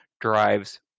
drives